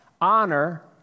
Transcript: honor